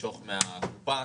למשוך מהקופה,